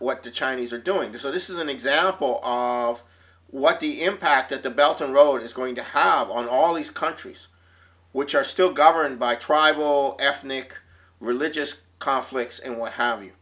the chinese are doing to so this is an example of what the impact that the belton road is going to have on all these countries which are still governed by tribal ethnic religious conflicts and what have you